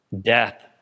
Death